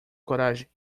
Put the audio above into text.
coragem